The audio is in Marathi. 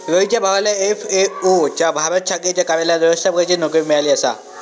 रवीच्या भावाला एफ.ए.ओ च्या भारत शाखेच्या कार्यालयात व्यवस्थापकाची नोकरी मिळाली आसा